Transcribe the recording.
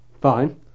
Fine